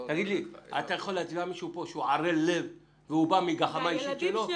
האם אתה יכול להצביע פה על מישהו שהוא ערל לב ושהוא פועל מגחמה שלו?